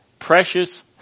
precious